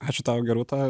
ačiū tau gerūta